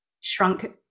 shrunk